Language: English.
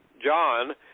John